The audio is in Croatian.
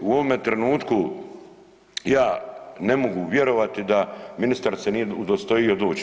U ovome trenutku ja ne mogu vjerovati da ministar se nije udostojio doći.